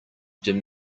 dim